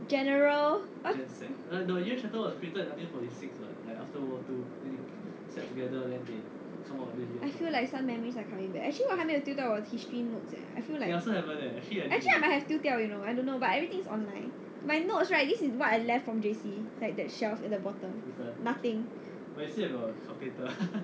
general I feel like some memories are coming back actually 我还没有丢掉我的 history notes leh I feel like actually I might have 丢掉 you know but I don't know but everything is online my notes right this is what I left from J_C like that shelf bottom nothing